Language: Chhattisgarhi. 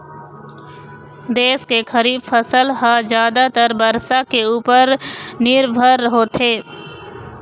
देश के खरीफ फसल ह जादातर बरसा के उपर निरभर होथे